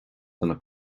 lena